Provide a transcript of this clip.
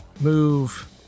move